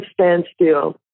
standstill